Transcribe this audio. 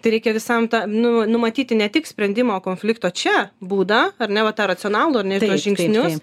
tai reikia visam tą nu numatyti ne tik sprendimo konflikto čia būdą ar ne va tą racionalų ar ne ir tuos žingsnius